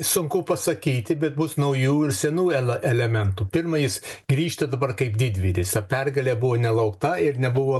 sunku pasakyti bet bus naujų ir senų ele elementų pirma jis grįžta dabar kaip didvyris o pergalė buvo nelaukta ir nebuvo